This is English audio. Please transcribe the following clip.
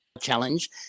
challenge